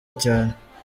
cyane